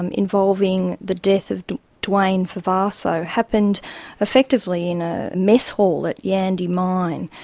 and involving the death of dwayne favazzo, happened effectively in a mess hall at yandi mine.